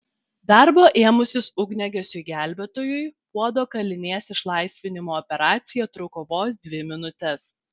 darbo ėmusis ugniagesiui gelbėtojui puodo kalinės išlaisvinimo operacija truko vos dvi minutes